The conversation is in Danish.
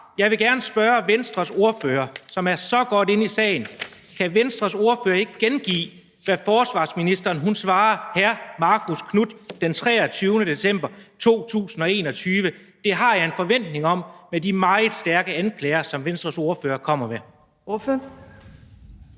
Jeg vil gerne spørge Venstres ordfører, som er så godt inde i sagen: Kan Venstres ordfører ikke gengive, hvad forsvarsministeren svarer hr. Marcus Knuth den 23. december 2020? Det har jeg en forventning om med de meget stærke anklager, som Venstres ordfører kommer med.